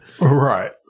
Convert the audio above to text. Right